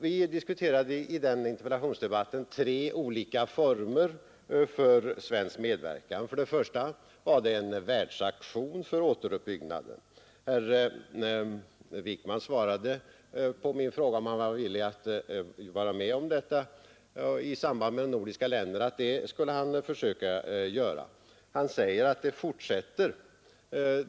Vi diskuterade i interpellationsdebatten olika former för svensk medverkan, För det första gällde det en världsaktion för återuppbyggnaden. Herr Wickman svarade på min fråga att han var villig att vara med om detta tillsammans med de nordiska länderna. I svaret nu säger han att dessa försök fortsätter.